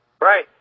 Right